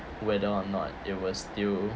whether or not it will still